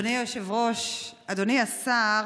אדוני היושב-ראש, אדוני השר,